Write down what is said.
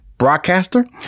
broadcaster